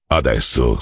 adesso